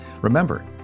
Remember